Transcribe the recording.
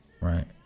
right